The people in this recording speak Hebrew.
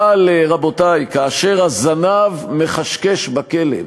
אבל, רבותי, כאשר הזנב מכשכש בכלב,